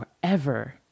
forever